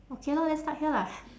okay lor then stuck here lah